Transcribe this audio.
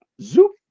zoop